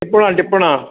टिपणा टिपणा